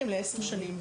קיבל מסמכים לעשר שנים.